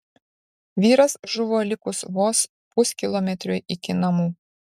vyras žuvo likus vos puskilometriui iki namų